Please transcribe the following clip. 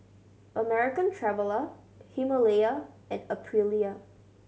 American Traveller Himalaya and Aprilia